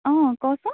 অ ক'চোন